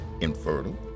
infertile